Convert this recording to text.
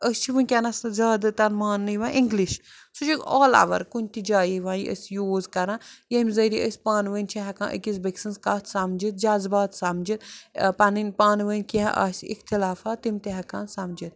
أسۍ چھِ وٕنکٮ۪نس زیادٕ تَر مانٛنہٕ یِوان اِنگلِش سُہ چھُ آل اوَر کُنہِ تہِ جایہِ یِوان أسۍ یوٗز کَران ییٚمہِ ذٔریعہِ أسۍ پانہٕ ؤنۍ چھِ ہٮ۪کان أکِس بیٚکہِ سٕنٛز کَتھ سَمجِتھ جذبات سَمجِتھ پَنٕنۍ پانہٕ ؤنۍ کیٚنٛہہ آسہِ اِختلاف تِم تہِ ہٮ۪کان سَمجِتھ